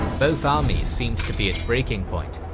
both armies seemed to be at breaking point,